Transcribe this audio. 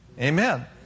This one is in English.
Amen